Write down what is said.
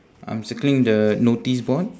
I'm circling the notice board